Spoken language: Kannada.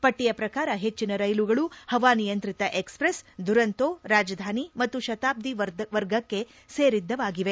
ಪಟ್ಟಿಯ ಪ್ರಕಾರ ಹೆಚ್ಚಿನ ರೈಲುಗಳು ಹವಾನಿಯಂತ್ರಿತ ಎಕ್ಸ್ಪ್ರೆಸ್ ದುರಂತೋ ರಾಜಧಾನಿ ಮತ್ತು ಶತಾಬ್ದಿ ವರ್ಗಕ್ಕೆ ಸೇರಿದ್ದಾಗಿವೆ